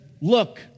look